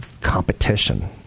competition